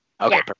Okay